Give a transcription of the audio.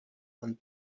and